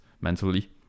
mentally